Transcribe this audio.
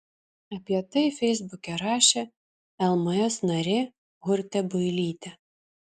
apie tai feisbuke rašė lms narė urtė builytė